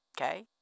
Okay